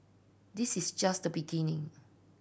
this is just the beginning